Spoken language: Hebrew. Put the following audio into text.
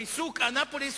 לריסוק אנאפוליס,